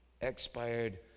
expired